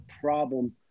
problem